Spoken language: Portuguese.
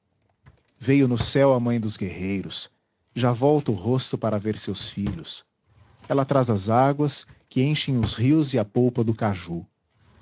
veio no céu a mãe dos guerreiros já volta o rosto para ver seus filhos ela traz as águas que enchem os rios e a polpa do caju